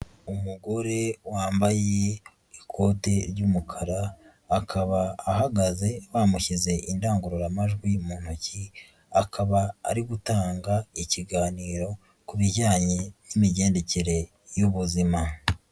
Umugore wambaye ikote ry'umukara, akaba ahagaze bamushyize indangururamajwi mu ntoki, akaba ari gutanga ikiganiro ku bijyanye n'imigendekere y'ubuzima.